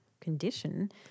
condition